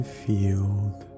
field